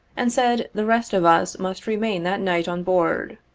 and said the rest of us must remain that night on board.